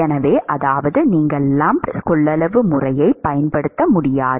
எனவே அதாவது நீங்கள் லம்ப்ட் கொள்ளளவு முறையைப் பயன்படுத்த முடியாது